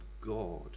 God